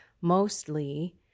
Mostly